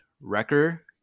Wrecker